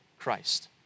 Christ